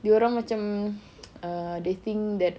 dia orang macam ah they think that